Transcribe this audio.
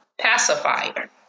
pacifier